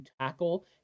tackle